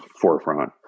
forefront